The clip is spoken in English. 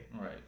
Right